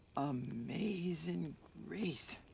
amazing grace.